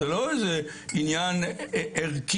זה לא איזה עניין ערכי